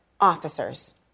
officers